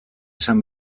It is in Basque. esan